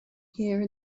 here